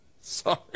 Sorry